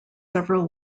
several